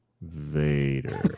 Vader